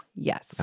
Yes